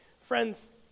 Friends